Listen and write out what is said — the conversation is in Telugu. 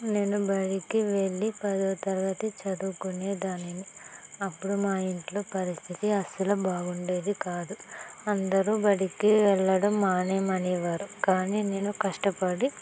నేను బడికి వెళ్ళి పదో తరగతి చదువుకునే దానిని అప్పుడు మా ఇంట్లో పరిస్థితి అసలు బాగుండేది కాదు అందరు బడికి వెళ్ళడం మానేయమని వారు కానీ నేను కష్టపడి